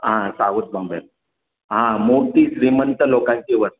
हां साऊथ बॉम्बे हां मोठी श्रीमंत लोकांची वस्ती